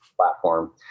platform